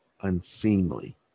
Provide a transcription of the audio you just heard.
unseemly